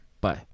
Bye